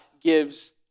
gives